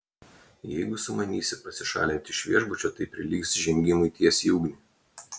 jeigu sumanysi pasišalinti iš viešbučio tai prilygs žengimui tiesiai į ugnį